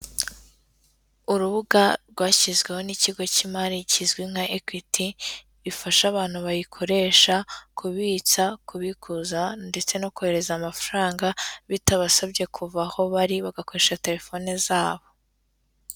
Urubuga rwashyizweho n'ikigo cy'imari kizwi nka Equity, ifasha abantu bayikoresha, kubitsa, kubikuza, ndetse no kohereza amafaranga, bitabasabye kuva aho bari bagakoresha telefone zabo.